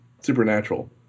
Supernatural